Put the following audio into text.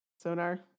Sonar